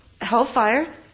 hellfire